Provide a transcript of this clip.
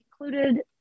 included